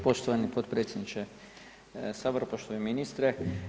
Poštovani potpredsjedniče Sabora, poštovani ministre.